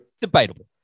Debatable